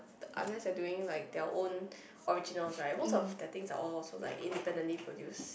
the unless they are doing like their own originals right most of their things are all also like independently produced